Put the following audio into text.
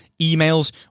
emails